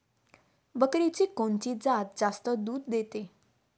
बकरीची कोनची जात जास्त दूध देते?